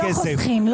לא חוסכים.